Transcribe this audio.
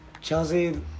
Chelsea